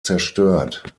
zerstört